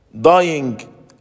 dying